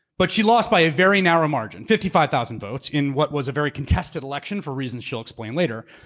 but she lost by a very narrow margin, fifty five thousand votes in what was a very contested election for reasons she'll explain later.